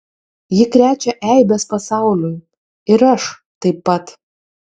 ji krečia eibes pasauliui ir aš taip pat